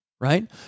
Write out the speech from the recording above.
Right